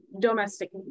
domestic